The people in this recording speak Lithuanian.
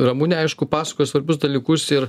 ramunė aišku pasakoja svarbius dalykus ir